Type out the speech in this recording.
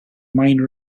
minor